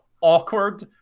awkward